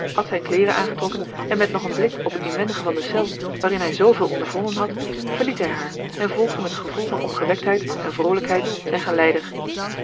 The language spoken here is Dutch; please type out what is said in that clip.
ruijter kleeren aangetrokken en met nog een blik op het inwendige van de cel waarin hij zooveel ondervonden had verliet hij haar en volgde met een gevoel van opgewektheid en vroolijkheid zijn geleider